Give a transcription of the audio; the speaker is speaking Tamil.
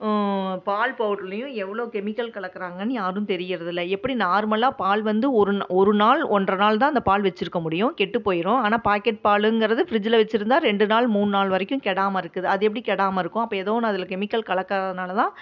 பால் பவுடருலையும் எவ்வளோ கெமிக்கல் கலக்குறாங்கன்னு யாரும் தெரியறதில்ல எப்படி நார்மலாக பால் வந்து ஒரு ஒரு நாள் ஒன்றரை நாள்தான் அந்த பால் வச்சிருக்க முடியும் கெட்டு போயிடும் ஆனால் பேக்கெட் பாலுங்கிறது ஃப்ரிஜில் வச்சிருந்தால் ரெண்டு நாள் மூணுநாள் வரைக்கும் கெடாமல் இருக்குது அது எப்படி கெடாமால் இருக்கும் அப்போ எதோ ஒன்று கெமிக்கல் கலக்குறதுனால்தான்